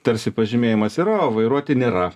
tarsi pažymėjimas yra o vairuoti nėra